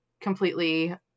completely